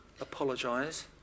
apologise